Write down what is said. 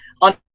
on